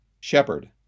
shepherd